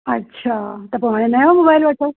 अच्छा त पोइ हाणे नओ मोबाइल वठो